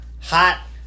hot